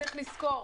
צריך לזכור,